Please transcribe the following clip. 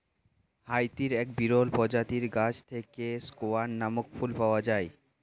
হাইতির এক বিরল প্রজাতির গাছ থেকে স্কেয়ান নামক ফুল পাওয়া যায়